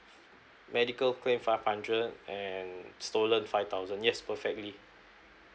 medical claim five hundred and stolen five thousand yes perfectly